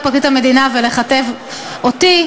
או אל פרקליט המדינה ולכתב אותי.